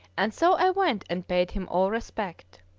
and so i went and paid him all respect.